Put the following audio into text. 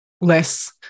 less